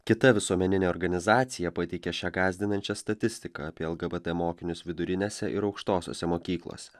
kita visuomeninė organizacija pateikė šią gąsdinančią statistiką apie lgbt mokinius vidurinėse ir aukštosiose mokyklose